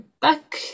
back